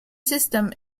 system